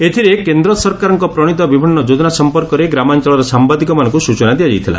ଏଥିରେ କେନ୍ଦ୍ର ସରକରାରଙ୍କ ପ୍ରଣୀତ ବିଭିନୁ ଯୋଜନା ସମ୍ମର୍କରେ ଗ୍ରାମାଞଳର ସାମ୍ଘାଦିକମାନଙ୍କୁ ସୂଚନା ଦିଆଯାଇଥିଲା